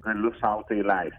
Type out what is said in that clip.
galiu sau tai leisti